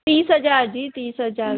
तीस हज़ार जी तीस हज़ार